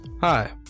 Hi